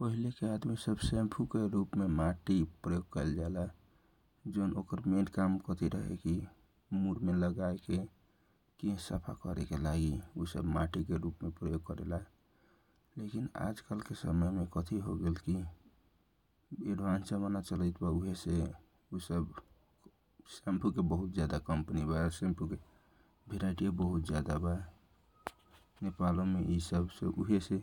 पहिले आदमी सब सेमफो के रूप में माटी प्रयोग क यल जाला जौन ओकर मेन काम क थी रहेकी मुरमे लगाके केश साफा करे के खाथिर माटी के प्रयोग कयल जाइत रहे लेखिन आजकाल के समय में क थी होगेल की एडभान्स समय चलारहल बा उहे से सेमफो को बहुत जयादा कम्पनी बा उहेसे ज्यादा से जयदा भे राइटी ओ ज्यादा बा नेपालमे उहे छे